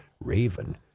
Raven